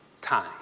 time